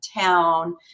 town